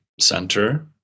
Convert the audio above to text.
center